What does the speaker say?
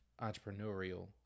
entrepreneurial